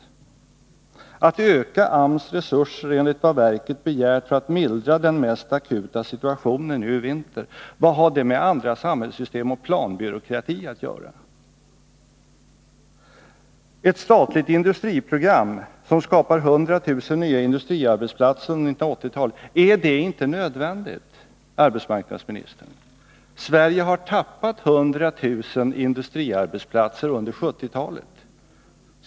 Vad har en ökning av AMS resurser i enlighet med vad verket begärt för att mildra den mest akuta situationen nu i vinter med andra samhällssystem och planbyråkrati att göra? Är det inte nödvändigt med ett statligt industriprogram som skapar 100 000 nya industriarbetsplatser under 1980-talet? Sverige har tappat 100 000 industriarbetsplatser under 1970-talet.